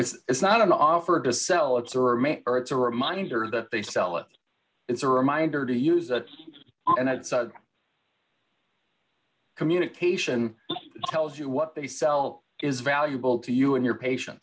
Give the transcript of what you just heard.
it it's not an offer to sell it's or may or it's a reminder that they sell it it's a reminder to use that and outside communication tells you what they sell is valuable to you and your patien